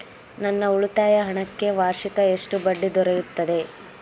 ನನ್ನ ಉಳಿತಾಯ ಹಣಕ್ಕೆ ವಾರ್ಷಿಕ ಎಷ್ಟು ಬಡ್ಡಿ ದೊರೆಯುತ್ತದೆ?